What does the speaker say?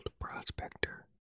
Prospector